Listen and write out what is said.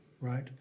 right